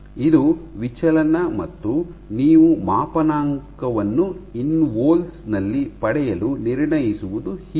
ಇದು ವಿಚಲನ ಮತ್ತು ನೀವು ಮಾಪನಾಂಕವನ್ನು ಇನ್ವೊಲ್ಸ್ ನಲ್ಲಿ ಪಡೆಯಲು ನಿರ್ಣಯಿಸುವುದು ಹೀಗೆ